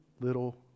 little